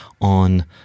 on